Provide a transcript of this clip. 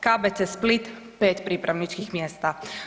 KBC Split 5 pripravničkih mjesta.